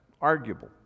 arguable